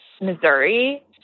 Missouri